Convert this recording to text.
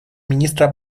министра